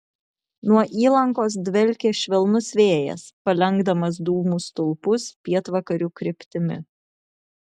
nuo įlankos dvelkė švelnus vėjas palenkdamas dūmų stulpus pietvakarių kryptimi